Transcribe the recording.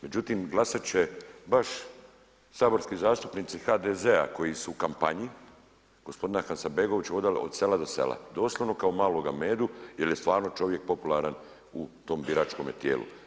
Međutim, glasat će baš saborski zastupnici HDZ-a koji su u kampanji gospodina Hasanbegovića vodali od sela do sela doslovno kao maloga medu jer je stvarno čovjek popularan u tom biračkome tijelu.